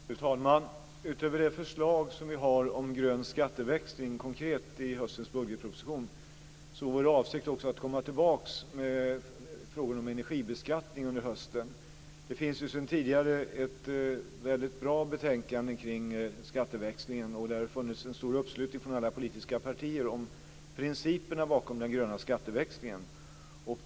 Fru talman! Utöver de konkreta förslag om grön skatteväxling som vi har i höstens budgetproposition är vår avsikt också att komma tillbaka med frågan om energibeskattning under hösten. Det finns sedan tidigare ett väldigt bra betänkande kring skatteväxlingen. Det har funnits en stor uppslutning från alla politiska partier om principerna bakom den gröna skatteväxlingen.